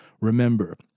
Remember